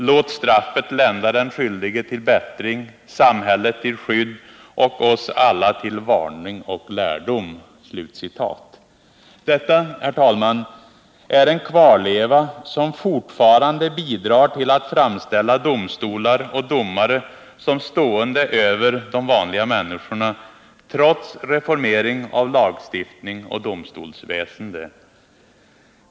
Låt straffet lända den skyldige till bättring, samhället till skydd och oss alla till varning och lärdom.” Detta, herr talman, är en kvarleva som fortfarande bidrar till att framställa domstolar och domare som stående över de vanliga människorna, trots reformering av lagstiftning och domstolsväsende.